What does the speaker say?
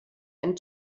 and